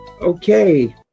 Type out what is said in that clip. Okay